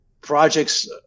projects